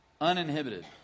uninhibited